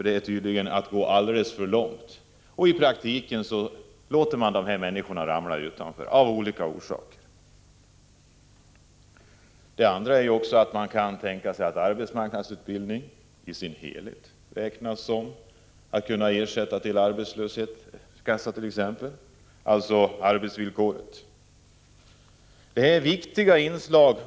Det är tydligen att gå alldeles för långt. I praktiken låter man dessa människor hamna utanför — av olika orsaker. Man kan också tänka sig att arbetsmarknadsutbildning jämställs med förvärvsarbete utan den begränsning till två månader som finns i arbetsvillkoret för arbetslöshetsförsäkringen.